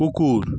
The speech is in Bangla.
কুকুর